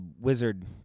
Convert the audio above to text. wizard